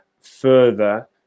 further